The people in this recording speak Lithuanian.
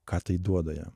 ką tai duoda jam